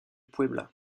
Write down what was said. puebla